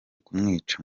kumwica